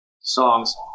songs